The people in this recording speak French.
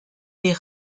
les